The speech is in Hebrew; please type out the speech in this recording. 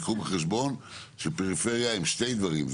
תיקחו בחשבון שפריפריה הם שני דברים.